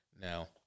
now